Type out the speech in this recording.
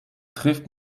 trifft